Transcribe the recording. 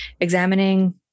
examining